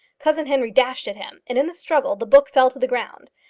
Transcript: cousin henry dashed at him, and in the struggle the book fell to the ground.